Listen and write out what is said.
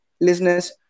listeners